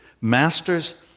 Masters